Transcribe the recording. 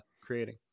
creating